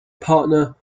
partner